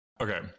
okay